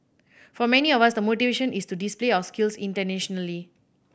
for many of us the motivation is to display our skills internationally